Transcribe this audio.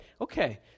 okay